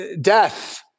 death